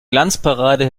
glanzparade